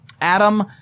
adam